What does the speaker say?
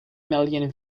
million